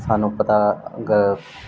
ਸਾਨੂੰ ਪਤਾ ਗ